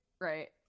right